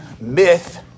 myth